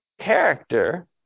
character